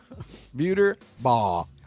buterball